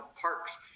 parks